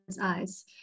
eyes